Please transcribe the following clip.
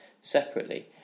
separately